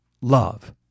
love